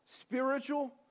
spiritual